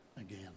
again